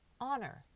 honor